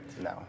No